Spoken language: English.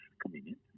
convenient